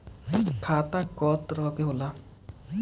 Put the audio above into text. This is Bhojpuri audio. खाता क तरह के होला?